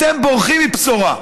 אתם בורחים מבשורה,